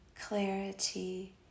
Clarity